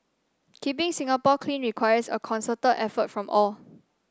keeping Singapore clean requires a concerted effort from all